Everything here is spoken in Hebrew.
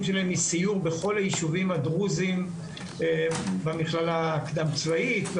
שלהם מסיור בכל היישובים הדרוזים במכללה הקדם-צבאית.